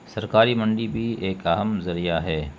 سرکاری منڈی بھی ایک اہم ذریعہ ہے